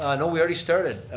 ah no we already started.